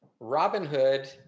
Robinhood